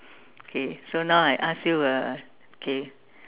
okay so now I ask you a okay